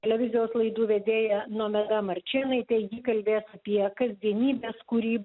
televizijos laidų vedėja nomeda marčėnaitė ji kalbės apie kasdienybės kurį